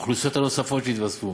האוכלוסיות שהתווספו,